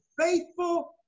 faithful